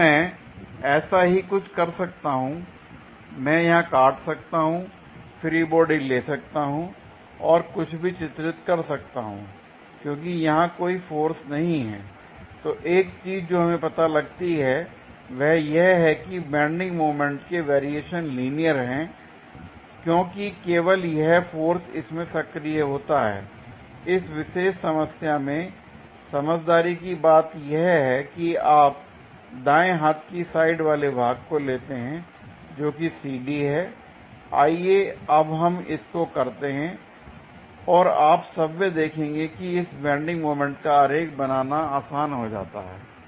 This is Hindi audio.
और मैं ऐसा ही कुछ कर सकता हूंl मैं यहां काट सकता हूं फ्री बॉडी ले सकता हूं और कुछ भी चित्रित कर सकता हूं l क्योंकि यहां कोई फोर्स नहीं है तो एक चीज जो हमें पता लगती है वह यह है कि बेंडिंग मोमेंट के वेरिएशन लीनियर हैं क्योंकि केवल यह फोर्स इसमें सक्रिय होता है l इस विशेष समस्या में समझदारी की बात यह है कि आप दाएं हाथ की साइड वाले भाग को लेते हैं जो कि CD है l आइए अब हम इसको करते हैं और आप स्वयं देखेंगे कि इस बेंडिंग मोमेंट का आरेख बनाना आसान हो जाता है